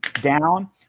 down